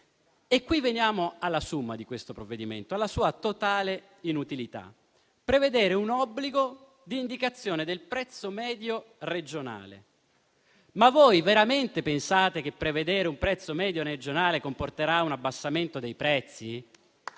Veniamo ora alla *summa* di questo provvedimento, alla sua totale inutilità: prevedere un obbligo di indicazione del prezzo medio regionale. Ma voi veramente pensate che prevedere un prezzo medio regionale comporterà un abbassamento dei prezzi?